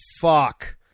fuck